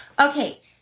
Okay